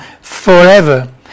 forever